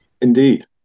indeed